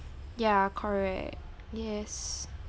ya correct yes